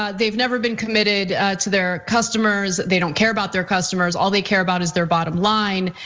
ah they've never been committed to their customers. they don't care about their customers. all they care about is their bottom line.